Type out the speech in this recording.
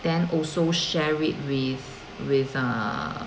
then also share it with with uh